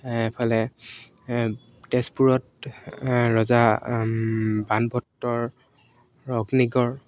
এইফালে তেজপুৰত ৰজা বানভট্টৰ অগ্নিগড়